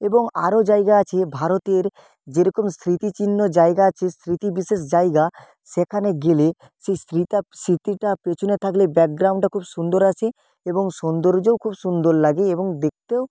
এবং আরও জায়গা আছে ভারতের যেরকম স্মৃতিচিহ্ন জায়গা আছে স্মৃতি বিশেষ জায়গা সেখানে গেলে সেই স্মৃতিটা পেছনে থাকলে ব্যাকগ্রাউণ্ডটা খুব সুন্দর আসে এবং সৌন্দর্যও খুব সুন্দর লাগে এবং দেখতেও